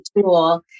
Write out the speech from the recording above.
tool